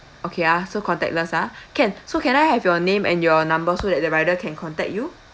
okay ah so contactless ah can so can I have your name and your number so that the rider can contact you